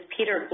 Peter